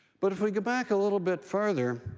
but if we go back a little bit further,